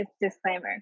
disclaimer